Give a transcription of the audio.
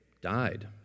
died